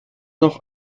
noch